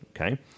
okay